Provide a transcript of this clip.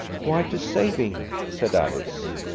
quite a saving, said alice.